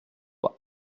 pas